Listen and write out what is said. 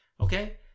Okay